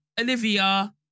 Olivia